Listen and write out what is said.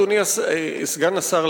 אדוני סגן השר,